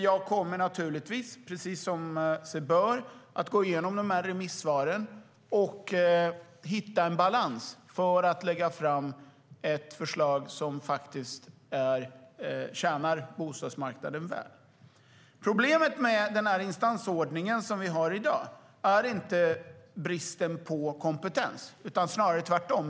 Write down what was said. Jag kommer naturligtvis, precis som sig bör, att gå igenom dessa remissvar och hitta en balans för att lägga fram ett förslag som faktiskt tjänar bostadsmarknaden väl. Problemet med den instansordning som vi har i dag är inte bristen på kompetens utan snarare tvärtom.